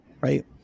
Right